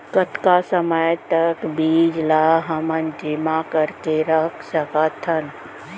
कतका समय तक बीज ला हमन जेमा करके रख सकथन?